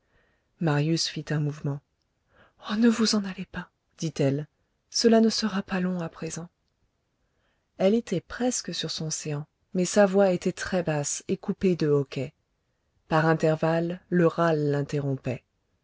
marius fit un mouvement oh ne vous en allez pas dit-elle cela ne sera pas long à présent elle était presque sur son séant mais sa voix était très basse et coupée de hoquets par intervalles le râle l'interrompait